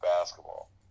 basketball